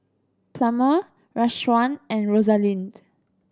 Plummer Rashawn and Rosalind